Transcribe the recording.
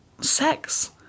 sex